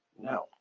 No